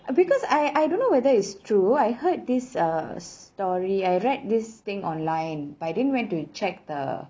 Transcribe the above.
uh because I I don't know whether it's true I heard this uh story I read this thing online but I didn't went to check the